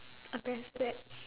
I'm very sad